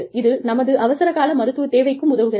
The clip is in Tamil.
இது நமது அவசர கால மருத்துவ தேவைக்கும் உதவுகிறது